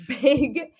big